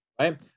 Right